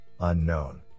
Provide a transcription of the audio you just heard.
unknown